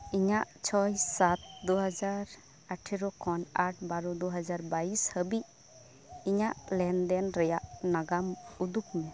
ᱤᱧᱟᱜ ᱪᱷᱚᱭ ᱥᱟᱛ ᱫᱩ ᱦᱟᱡᱟᱨ ᱟᱴᱷᱮᱨᱚ ᱠᱷᱚᱱ ᱟᱴ ᱵᱟᱨᱚ ᱫᱩ ᱦᱟᱡᱟᱨ ᱵᱟᱭᱤᱥ ᱦᱟᱵᱤᱡ ᱤᱧᱟᱜ ᱞᱮᱱ ᱫᱮᱱ ᱨᱮᱭᱟᱜ ᱱᱟᱜᱟᱢ ᱩᱫᱩᱜᱽ ᱢᱮ